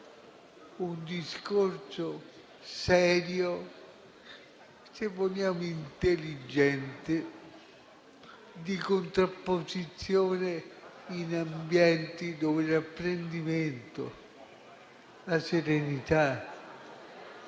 un discorso serio, se vogliamo intelligente, di contrapposizione in ambienti dove l'apprendimento, la serenità,